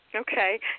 Okay